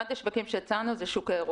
ואחד מהם הוא שוק האירועים.